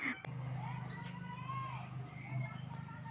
फसल लाक घूमाय लिले पर पिल्लू कम हैं जबा सखछेक